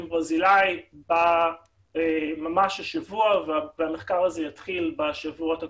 ברזילי ממש השבוע והמחקר הזה יתחיל בשבועות הקרובים,